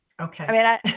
Okay